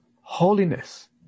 holiness